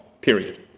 period